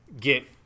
get